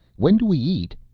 when do we eat?